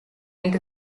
into